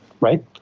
right